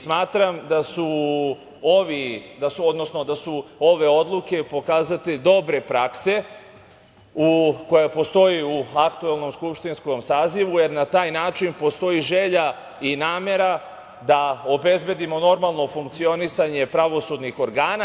Smatram da su ove odluke pokazatelj dobre prakse koja postoji u aktuelnom skupštinskom sazivu, jer na taj način postoji želja i namera da obezbedimo normalno funkcionisanje pravosudnih organa.